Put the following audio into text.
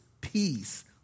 peace